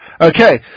Okay